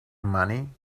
money